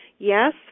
Yes